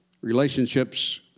Relationships